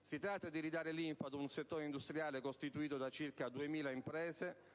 Si tratta di ridare linfa ad un settore industriale costituito da circa 2.000 imprese,